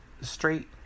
straight